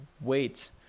wait